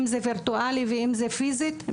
אם זה וירטואלי ואם זה פיזית,